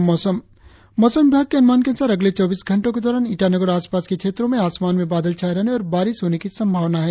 और अब मौसम मौसम विभाग के अनुमान के अनुसार अगले चौबीस घंटो के दौरान ईटानगर और आसपास के क्षेत्रो में आसमान में बादल छाये रहने और बारिस होने की संभावना है